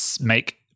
make